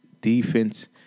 defense